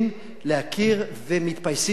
להכיר, ומתפייסים מחדש.